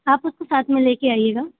आप उसको साथ में लेके आइएगा